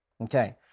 Okay